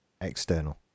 external